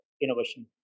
innovation